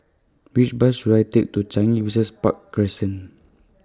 Which Bus should I Take to Changi Business Park Crescent